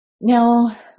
Now